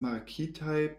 markitaj